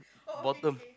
bottom